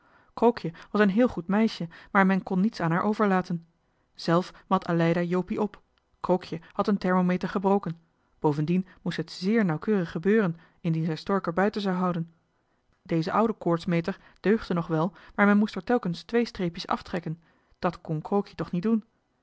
krookje was een heel goed meisje maar men kon niets aan haar overlaten zelf mat aleida jopie op krookje had een thermometer gebroken bovendien moest het zéér nauwkeurig gebeuren indien zij stork er buiten zou houden deze oude koortsmeter deugde nog wel maar men moest er telkens twee streepjes aftrekken dat kon krookje toch niet doen